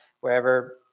wherever